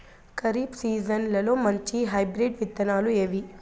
ఖరీఫ్ సీజన్లలో మంచి హైబ్రిడ్ విత్తనాలు ఏవి